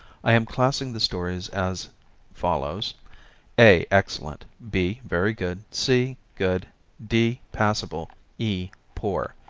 i am classing the stories as follows a excellent b very good c good d passable e poor.